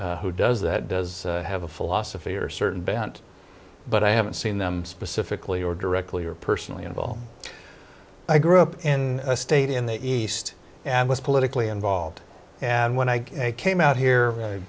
does that does have a philosophy or a certain bent but i haven't seen them specifically or directly or personally involved i grew up in a state in the east and was politically involved and when i came out here